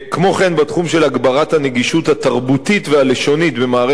בתחום של הגברת הנגישות התרבותית והלשונית של מערכת הבריאות,